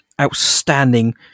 outstanding